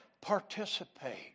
participate